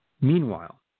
Meanwhile